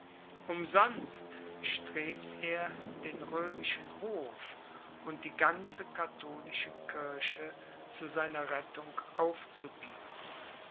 umsonst strebt er den römischen hof und die ganze katholische kirche zu seiner rettung aufzubieten